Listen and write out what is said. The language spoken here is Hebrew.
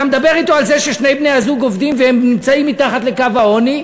אתה מדבר אתו על זה ששני בני-הזוג עובדים והם נמצאים מתחת לקו העוני,